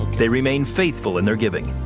they remained faithful in their giving.